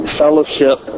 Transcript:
fellowship